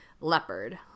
leopard